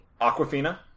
Aquafina